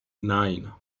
nine